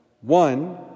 One